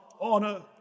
honor